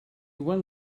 when